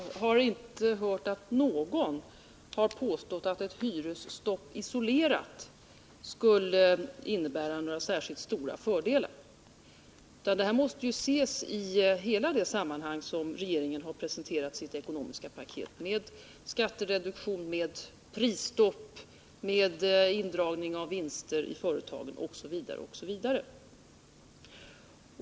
Herr talman! Jag har inte hört att någon har påstått att ett hyresstopp isolerat skulle innebära några särskilt stora fördelar. Det måste ses i hela det sammanhang där det har presenterats, nämligen i regeringens ekonomiska paket, med skattereduktion, med prisstopp, med indragning av vinster i företagen, osv. Osv.